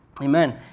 amen